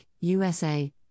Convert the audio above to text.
USA